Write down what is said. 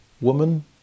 woman